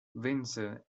windsor